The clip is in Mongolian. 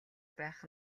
байх